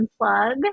unplug